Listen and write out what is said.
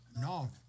No